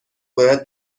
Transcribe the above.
باید